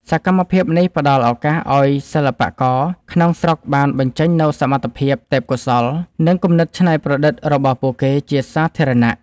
សកម្មភាពនេះផ្ដល់ឱកាសឱ្យសិល្បករក្នុងស្រុកបានបញ្ចេញនូវសមត្ថភាព ទេពកោសល្យ និងគំនិតច្នៃប្រឌិតរបស់ពួកគេជាសាធារណៈ។